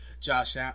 Josh